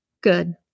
Good